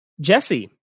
Jesse